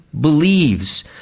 believes